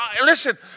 Listen